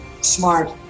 smart